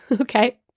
Okay